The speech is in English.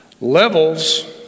Levels